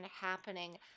happening